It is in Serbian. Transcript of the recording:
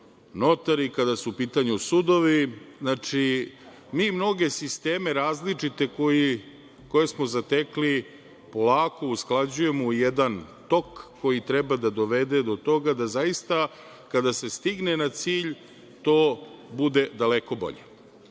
notari, kada su u pitanju sudovi. Znači, mi mnoge sisteme, različite koje smo zatekli polako usklađujemo u jedan tok koji treba da dovede do toga da zaista kada se stigne na cilj to bude daleko bolje.